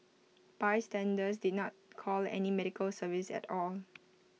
bystanders did not call any medical service at all